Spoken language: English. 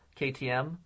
KTM